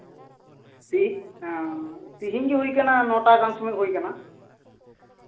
ᱛᱤᱦᱤᱧ ᱛᱤᱦᱤᱧ ᱜᱮ ᱦᱩᱭ ᱠᱟᱱᱟ ᱱᱚᱴᱟ ᱜᱟᱱ ᱥᱚᱢᱚᱭ ᱦᱩᱭ ᱠᱟᱱᱟ